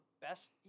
best